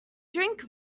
drink